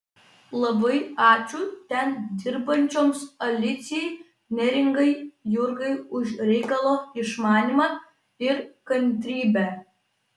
labai ačiū ten dirbančioms alicijai neringai jurgai už reikalo išmanymą ir kantrybę